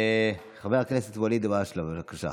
חבר הכנסת ואליד אלהואשלה, בבקשה,